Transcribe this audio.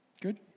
Good